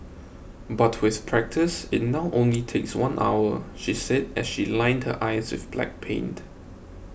but with practice it now only takes one hour she said as she lined her eyes with black paint